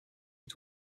est